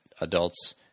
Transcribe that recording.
adults